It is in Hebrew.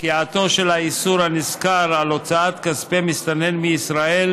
פקיעתו של האיסור הנזכר על הוצאת כספי מסתנן מישראל,